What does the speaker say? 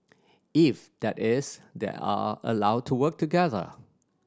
if that is they are allowed to work together